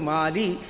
Mali